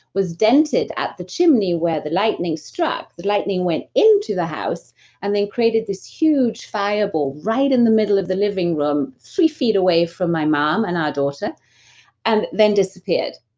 was dented at the chimney where the lightning struck. the lightning went into the house and created this huge fireball right in the middle of the living room three feet away from my mom and our daughter and then disappeared.